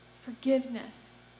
forgiveness